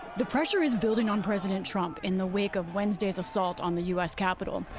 the pressure is building on president trump in the wake of wednesday's assault on the u s. capitol,